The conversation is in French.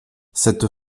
cette